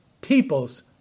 Peoples